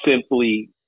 simply